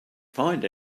find